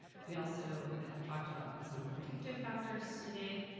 we also have talked about some protective factors today,